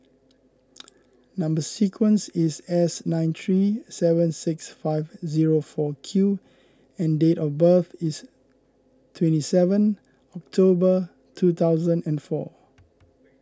Number Sequence is S nine three seven six five zero four Q and date of birth is twenty seven October two thousand and four